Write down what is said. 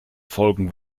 folgen